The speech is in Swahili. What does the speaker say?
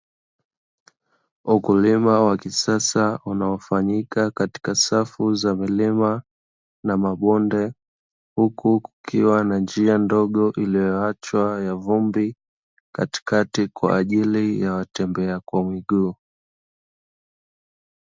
Ukulima wa kisasa unaofanyika katika safu za milima na mabonde, huku kukiwa na njia ndogo iliyo achwa na vumbi katikati kwaajili ya watembea kwa miguu.